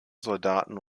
soldaten